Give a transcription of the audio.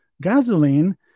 gasoline